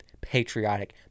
patriotic